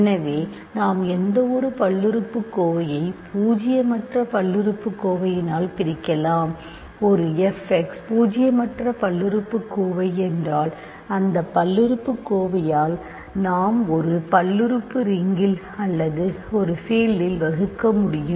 எனவே நாம் எந்தவொருபல்லுறுப்புக்கோவையைபூஜ்ஜியமற்றபல்லுறுப்புக்கோவையினால் பிரிக்கலாம் ஒரு FX பூஜ்ஜியமற்ற பல்லுறுப்புக்கோவை என்றால் அந்த பல்லுறுப்புக்கோவையால் நாம் ஒரு பல்லுறுப்பு ரிங்கில் அல்லது ஒரு பீல்டில் வகுக்க முடியும்